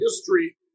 history